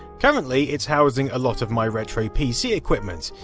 currently, it's housing a lot of my retro pc equipment.